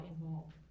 involved